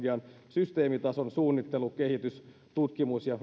systeemitason suunnittelu kehitys tutkimus ja